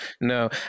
No